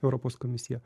europos komisija